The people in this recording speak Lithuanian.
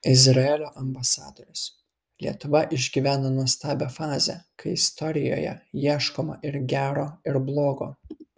izraelio ambasadorius lietuva išgyvena nuostabią fazę kai istorijoje ieškoma ir gero ir blogo